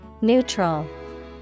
Neutral